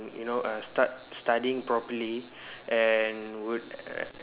you know uh start studying properly and would